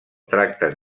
tracten